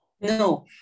No